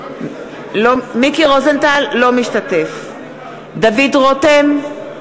אינו משתתף בהצבעה דוד רותם,